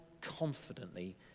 confidently